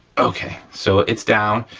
okay, so it's down,